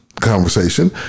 conversation